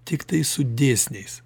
tiktai su dėsniais